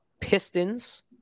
Pistons